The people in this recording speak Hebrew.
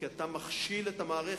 אתה מכשיל את המערכת,